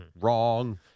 Wrong